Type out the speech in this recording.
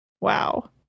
Wow